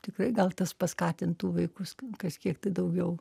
tikrai gal tas paskatintų vaikus kažkiek daugiau